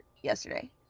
yesterday